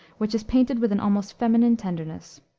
which is painted with an almost feminine tenderness.